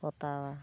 ᱯᱚᱛᱟᱣᱟ